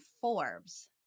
Forbes